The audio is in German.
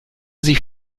sich